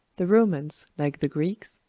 the romans, like the greeks,